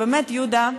באמת, יהודה,